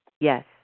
Yes